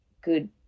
good